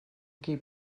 qui